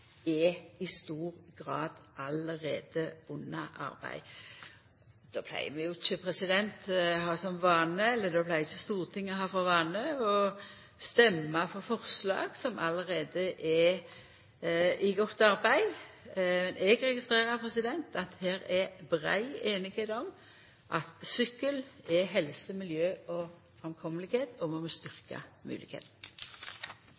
i stor grad allereie er under arbeid. Stortinget pleier ikkje å ha for vane å stemma for forslag som allereie er i godt arbeid. Eg registrerer at her er brei semje om at sykkel er helse, miljø og framkost, og at vi må